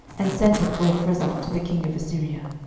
and sent it for a present to the king of assyria.